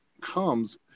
comes